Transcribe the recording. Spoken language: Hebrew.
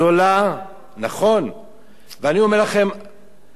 ואני אומר לכם שהפער בין רמת